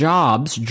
Jobs